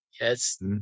yes